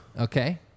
Okay